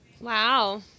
Wow